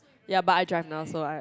ya but I drive now so I